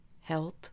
health